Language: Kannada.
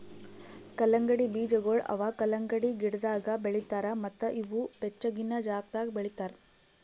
ಕಲ್ಲಂಗಡಿ ಬೀಜಗೊಳ್ ಅವಾ ಕಲಂಗಡಿ ಗಿಡದಾಗ್ ಬೆಳಿತಾರ್ ಮತ್ತ ಇವು ಬೆಚ್ಚಗಿನ ಜಾಗದಾಗ್ ಬೆಳಿತಾರ್